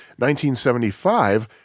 1975